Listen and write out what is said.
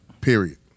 Period